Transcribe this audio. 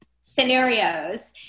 scenarios